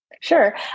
Sure